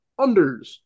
unders